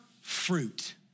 fruit